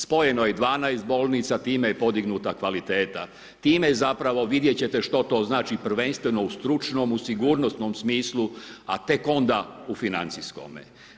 Spojeno je 12 bolnica, time je podignuta kvaliteta, time je zapravo, vidjeti ćete što to znači, prvenstveno u stručnom u sigurnosnom smislu, a tek onda u financijskome.